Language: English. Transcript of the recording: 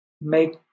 make